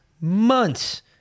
months